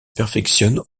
perfectionne